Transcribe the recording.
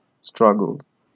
struggles